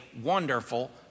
wonderful